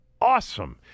Awesome